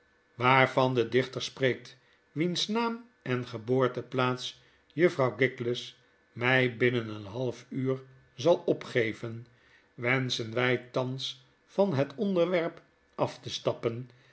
waarvan de dichter spreekt wiens naam engeboorteplaats juffrouw di mij binnen een half uurzal opgeven wenschen wy thans van hetonderwerp af te stappen